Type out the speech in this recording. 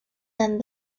and